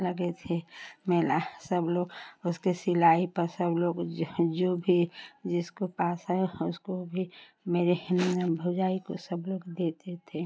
लगी थी मेला सब लोग उसके सिलाई पर सब लोग ज ह जो भी जिसको पास है अह उसको भी मेरे भौजाई को सब लोग देते थे